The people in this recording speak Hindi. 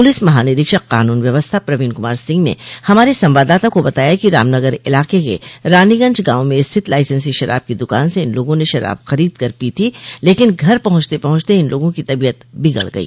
पुलिस महानिरीक्षक कानून व्यवस्था प्रवीन कुमार सिंह ने हमारे संवाददाता को बताया कि रामनगर इलाके के रानीगंज गांव में स्थित लाइसेंसी शराब की दुकान से इन लोगों ने शराब खरीद कर पी थी लेकिन घर पहंचते पहंचते इन लोगों की तबियत बिगड़ गई